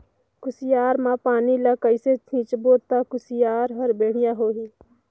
कुसियार मा पानी ला कइसे सिंचबो ता कुसियार हर बेडिया होही?